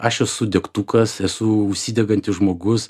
aš esu degtukas esu užsidegantis žmogus